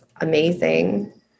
amazing